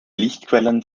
lichtquellen